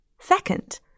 Second